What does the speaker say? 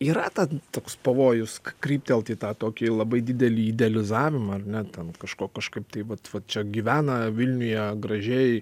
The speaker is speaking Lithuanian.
yra ten toks pavojus kryptelt į tą tokį labai didelį idealizavimą ar ne ten kažko kažkaip tai vat vat čia gyvena vilniuje gražiai